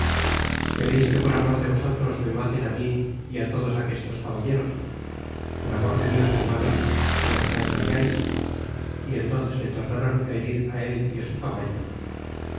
quereis que por amor de vosotros me maten mí y todos aquestos caballeros por amor de dios hermanos que os retrayais y entnces le tornáron á herir á el y á su caballo